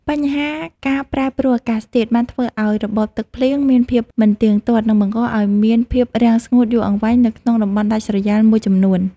បញ្ហាការប្រែប្រួលអាកាសធាតុបានធ្វើឱ្យរបបទឹកភ្លៀងមានភាពមិនទៀងទាត់ និងបង្កឱ្យមានភាពរាំងស្ងួតយូរអង្វែងនៅក្នុងតំបន់ដាច់ស្រយាលមួយចំនួន។